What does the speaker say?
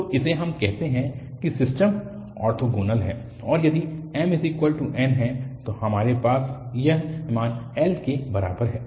तो इसे हम कहते हैं कि सिस्टम ऑर्थोगोनल है और यदि mn है तो हमारे पास यह है मान l के बराबर है